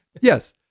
Yes